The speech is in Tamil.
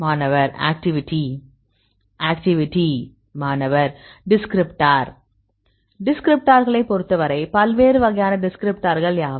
மாணவர் ஆக்டிவிட்டி ஆக்டிவிட்டி மாணவர் டிஸ்க்கிரிப்ட்டார் டிஸ்க்கிரிப்ட்டார்களைப் பொறுத்தவரை பல்வேறு வகையான டிஸ்கிரிப்டார்கள் யாவை